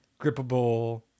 grippable